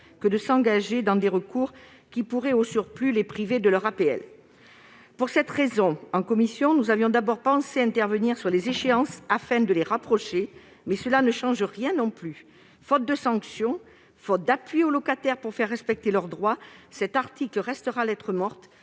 avant d'engager des recours qui pourraient, au surplus, les priver de leurs APL. En commission, nous avions d'abord pensé revenir sur les échéances, afin de les rapprocher, mais cela ne changerait rien non plus. Faute de sanction, faute d'appui aux locataires leur permettant de faire respecter leurs droits, cet article restera lettre morte.